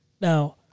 Now